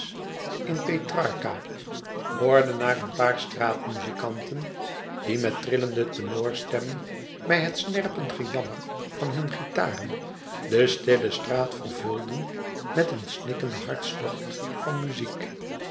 in petrarca hoorde naar een paar straat muzikanten die met trillende tenorstemmen bij het snerpend gejammer van hun guitaren de stille straat vervulden met een snikkenden hartstocht van muziek